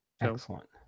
Excellent